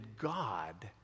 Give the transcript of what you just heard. God